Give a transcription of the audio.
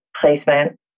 placement